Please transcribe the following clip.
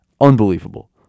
Unbelievable